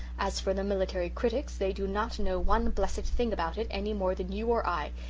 as for the military critics, they do not know one blessed thing about it, any more than you or i.